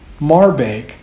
Marbake